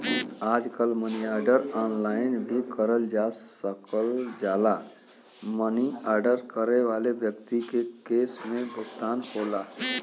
आजकल money order online भी करल जा सकल जाला मनी आर्डर करे वाले व्यक्ति के कैश में भुगतान होला